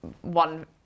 one